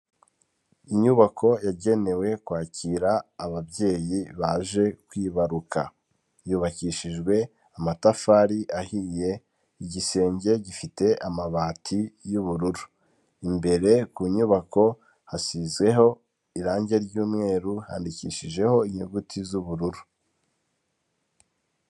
Inyubako yagenewe kwakira ababyeyi baje kwibaruka yubakishijwe amatafari ahiye, igisenge gifite amabati y'ubururu, imbere ku nyubako hasizweho irangi ry'umweru, handikishijeho inyuguti z'ubururu.